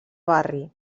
barri